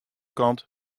kant